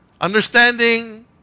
understanding